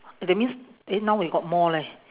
that means eh now we got more leh